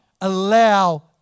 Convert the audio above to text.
allow